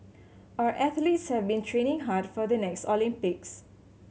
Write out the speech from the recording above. our athletes have been training hard for the next Olympics